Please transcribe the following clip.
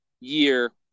year